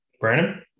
Brandon